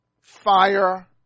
fire